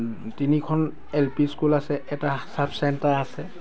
তিনিখন L P school আছে এটা ছাব চেণ্টাৰ আছে